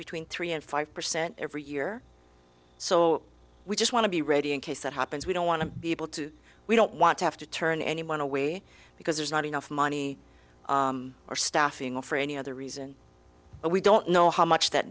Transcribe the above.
between three and five percent every year so we just want to be ready in case that happens we don't want to be able to we don't want to have to turn anyone away because there's not enough money or staffing or for any other reason we don't know how much that